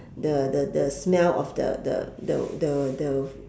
the the the smell of the the the the the